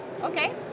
Okay